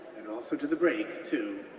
and also to the brake too,